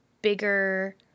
bigger